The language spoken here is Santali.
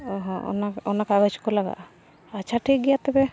ᱚᱻ ᱦᱚᱸ ᱚᱱᱟ ᱠᱟᱜᱚᱡᱽ ᱠᱚ ᱞᱟᱜᱟᱜᱼᱟ ᱟᱪᱪᱷᱟ ᱴᱷᱤᱠ ᱜᱮᱭᱟ ᱛᱚᱵᱮ